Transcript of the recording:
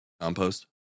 compost